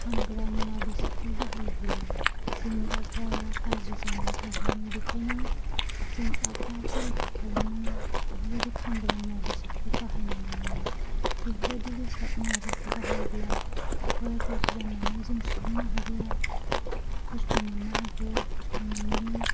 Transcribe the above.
खामग्रा मुवा बेसादफोर बाहायोब्ला जोंनि आबहावाया गाज्रि जानानै थागोन बेनिखायनो जों आबहावाखौ रैखा खालामनो बेफोरबायदि खामग्रा मुवा बेसादखौ बाहायनो नाङा बेफोरबायदि बेसाद मुवाफोरखौ बाहायोब्ला आबहावाया गाज्रि जानानै जों सुबुं माहारिआ खस्थ' मोननो हागौ खस्थ' मोननानै